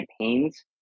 campaigns